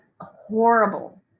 horrible